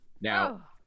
Now